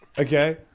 Okay